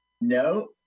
no